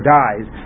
dies